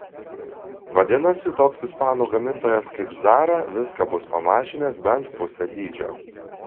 vadinasi toks ispanų gamintojas kaip zara viską bus pamažinęs bent pusę dydžio